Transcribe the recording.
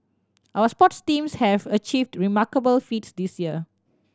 our sports teams have achieved remarkable feats this year